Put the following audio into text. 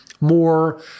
more